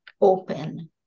Open